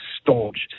staunch